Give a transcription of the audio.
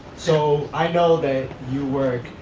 so, i know that you work,